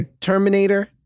Terminator